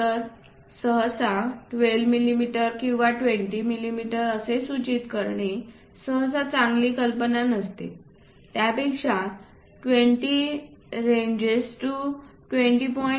तर 12 मिमी किंवा 20 मिमी असे सूचित करणे सहसा चांगली कल्पना नसते त्यापेक्षा 20 रेंजस टू 20